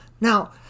now